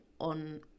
on